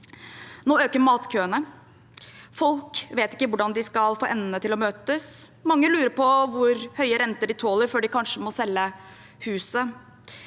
Nå øker matkøene. Folk vet ikke hvordan de skal få endene til å møtes. Mange lurer på hvor høye renter de tåler før de kanskje må selge huset.